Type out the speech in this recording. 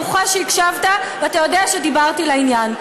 אני בטוחה שהקשבת ואתה יודע שדיברתי לעניין.